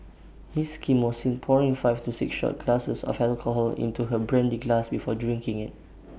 miss Kim was seen pouring five to six shot glasses of alcohol into her brandy glass before drinking IT